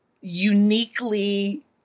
uniquely